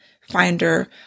finder